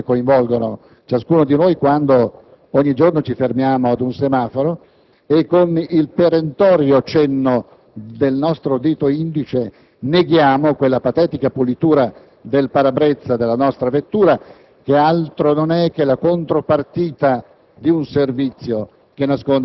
Gli aspetti umani sono quelli che coinvolgono ciascuno di noi quando ogni giorno ci fermiamo ad un semaforo e, con il perentorio cenno del nostro dito indice, neghiamo quella patetica pulitura del parabrezza della nostra vettura, che altro non è che la contropartita